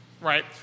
right